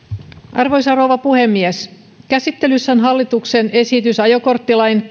arvoisa rouva puhemies käsittelyssä on hallituksen esitys ajokorttilain